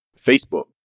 Facebook